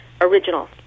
original